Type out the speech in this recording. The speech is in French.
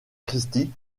christie